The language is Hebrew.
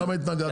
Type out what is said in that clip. למה התנגדת?